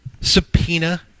Subpoena